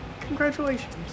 Congratulations